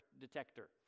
Detector